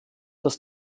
das